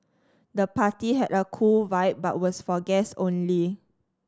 the party had a cool vibe but was for guest only